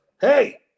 hey